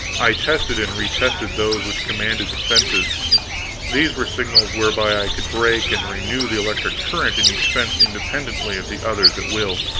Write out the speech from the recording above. i tested and retested those which commanded the fences these were signals whereby i could break and renew the electric current in each fence independently of the others at will.